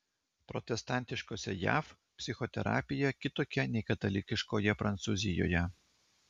protestantiškose jav psichoterapija kitokia nei katalikiškoje prancūzijoje